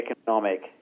economic